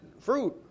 fruit